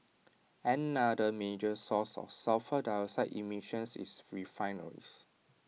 another major source of sulphur dioxide emissions is refineries